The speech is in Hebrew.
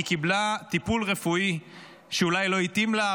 היא קיבלה טיפול רפואי שאולי לא התאים לה,